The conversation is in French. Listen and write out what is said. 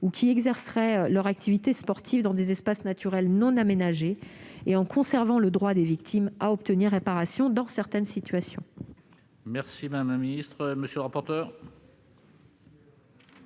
ou qui exerceraient leur activité sportive dans des espaces naturels non aménagés, en conservant le droit des victimes à obtenir réparation dans certaines situations. Quel est l'avis de la